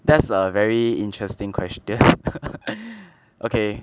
that's a very interesting question okay